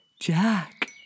Jack